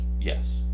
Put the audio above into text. Yes